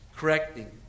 Correcting